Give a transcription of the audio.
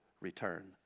return